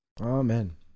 Amen